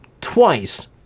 twice